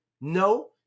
No